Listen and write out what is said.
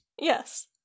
Yes